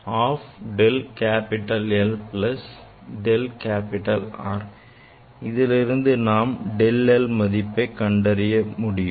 half del capital L plus del capital R இதிலிருந்து நாம் del l மதிப்பை கண்டறிய முடியும்